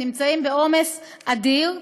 הם נמצאים בעומס אדיר.